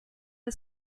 the